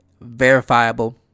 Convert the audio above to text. verifiable